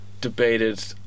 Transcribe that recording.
debated